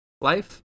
life